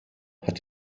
hat